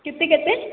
କିସ୍ତି କେତେ